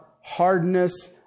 hardness